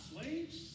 slaves